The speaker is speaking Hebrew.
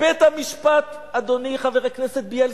בית-המשפט העליון, אדוני חבר הכנסת בילסקי,